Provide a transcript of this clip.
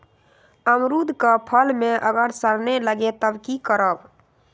अमरुद क फल म अगर सरने लगे तब की करब?